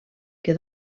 que